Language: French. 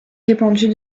répandus